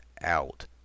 out